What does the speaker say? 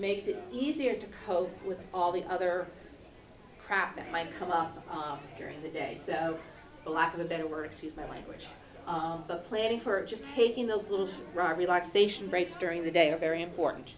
makes it easier to cope with all the other crap that might come up during the day so a lack of a better word excuse my language but planning for just taking those little rock relaxation breaks during the day are very important